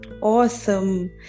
Awesome